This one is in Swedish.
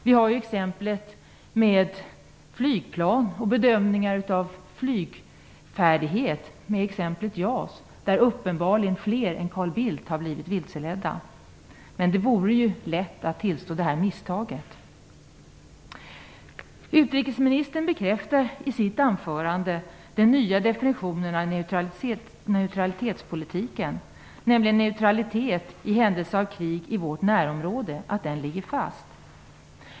Vi har exemplet med flygplan och bedömningar av flygfärdighet i fråga om JAS, där uppenbarligen fler än Carl Bildt har blivit vilseledda. Men det vore lätt att tillstå det här misstaget. Utrikesministern bekräftar i sitt anförande att den nya definitionen av neutralitetspolitiken ligger fast, nämligen neutralitet i händelse av krig i vårt närområde.